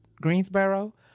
Greensboro